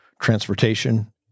transportation